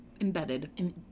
embedded